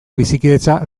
bizikidetza